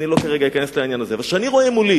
ואני לא אכנס לעניין הזה כרגע.